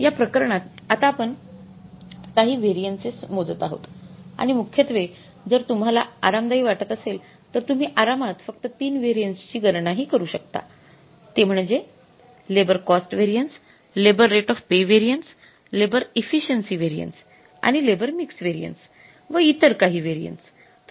या प्रकरणात आता आपण काही व्हेरिएंसिस मोजत आहोत आणि मुख्यत्वे जर तुम्हाला आरामदायी वाटत असेल तर तुम्ही आरामात फक्त 3 व्हेरिएन्सची गणना हि करू शकता ते म्हणजे लंबो cost variance labour rate of pay variance labour efficiency variance आणि लेबर मिक्स व्हेरिएन्स व इतर काही व्हेरिएन्स